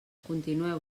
continueu